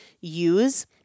use